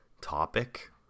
topic